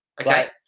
okay